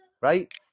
Right